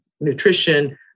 nutrition